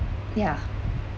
yeah